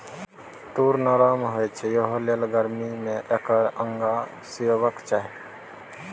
तूर नरम होए छै एहिलेल गरमी मे एकर अंगा सिएबाक चाही